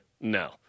No